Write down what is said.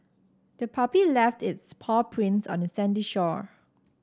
the puppy left its paw prints on the sandy shore